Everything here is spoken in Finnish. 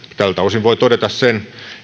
tältä osin voi todeta sen